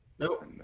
Nope